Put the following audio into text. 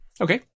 Okay